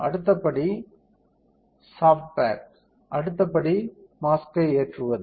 அடுத்த படி soft pack அடுத்த படி மாஸ்க்கை ஏற்றுவது